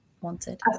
wanted